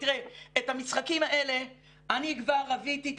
תראה, את המשחקים האלה אני כבר רוויתי.